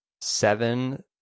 seven